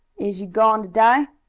is he goin' to die?